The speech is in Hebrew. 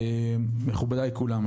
מכובדיי כולם.